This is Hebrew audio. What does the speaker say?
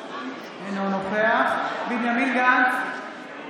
אינו נוכח בנימין גנץ,